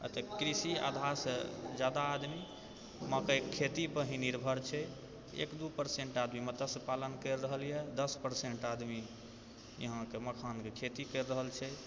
एतय कृषि आधासँ जादा आदमी मक्कइके खेती पर ही निर्भर छै एक दू परसेन्ट आदमी मत्स्य पालन करि रहल यहऽ दस परसेन्ट आदमी यहाँके मखानके खेती करि रहल छै